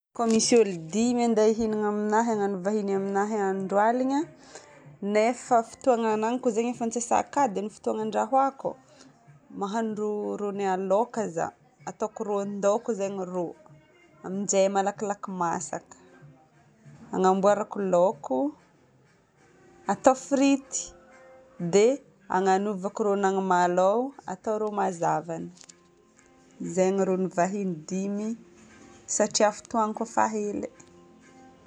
Ko misy olo dimy handeha hihignana aminahy, na hivahiny aminahy andro aligna nefa fotoagna agnanako zegny efa antsasakadiny fotoagna andrahoako, mahandro rogna laoko zaho. Ataoko ron-daoko zegny ny rô, aminjay malakilaky masaka. Agnamboarako laoko atao frity dia agnanovako ron'agnamalaho atao ro mazavany. Zay ny ron'ny vahiny dimy satria fotoagnako efa hely.